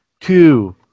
two